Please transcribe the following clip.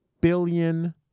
billion